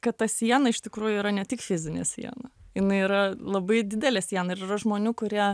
kad ta siena iš tikrųjų yra ne tik fizinė siena jinai yra labai didelė siena ir yra žmonių kurie